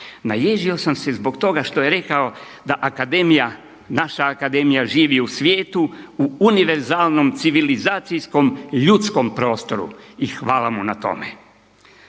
Naježio sam se zbog toga što je rekao da Akademija, naša Akademija živi u svijetu u univerzalnom, civilizacijskom ljudskom prostoru i hvala vam na tome.